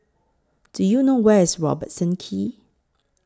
Do YOU know Where IS Robertson Quay